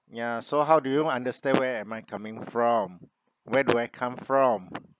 ya so how do you understand where am I coming from where do I come from